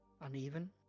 uneven